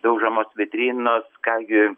daužomos vitrinos ką gi